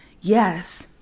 yes